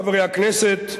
חברי הכנסת,